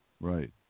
Right